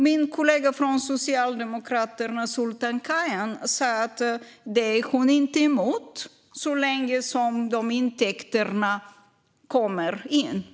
Min kollega från Socialdemokraterna, Sultan Kayhan, sa att hon inte är emot det så länge de intäkterna kommer in.